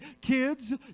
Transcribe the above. kids